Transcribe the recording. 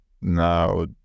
now